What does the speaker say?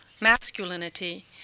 masculinity